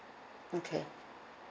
okay